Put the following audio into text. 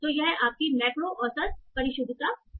तो यह आपकी मैक्रो औसत परिशुद्धता है